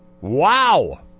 Wow